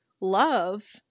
love